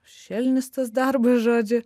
šešėlinis tas darbas žodžiu